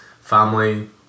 family